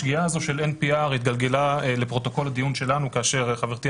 השגיאה הזו של NPR התגלגלה לפרוטוקול הדיון שלנו כאשר חברתי,